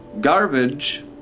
garbage